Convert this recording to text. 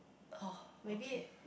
oh okay